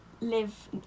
live